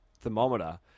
thermometer